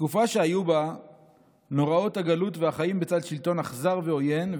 תקופה שהיו בה נוראות הגלות והחיים בצל שלטון אכזר ועוין,